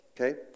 okay